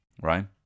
right